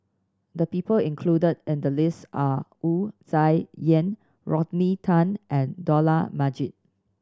the people included in the list are Wu Tsai Yen Rodney Tan and Dollah Majid